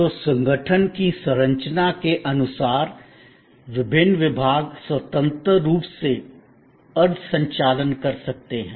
तो संगठन की संरचना के अनुसार विभिन्न विभाग स्वतंत्र रूप से अर्ध संचालन कर सकते हैं